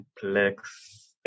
complex